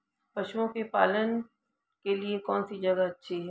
पशुओं के पालन के लिए कौनसी जगह अच्छी है?